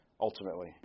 ultimately